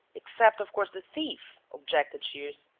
except, of course, the thief, objected shears.